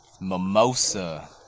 Mimosa